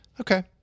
Okay